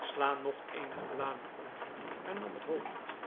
sla nog eenige bladen om hernam het hoofd